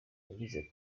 yagize